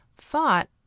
thought